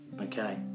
Okay